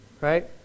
right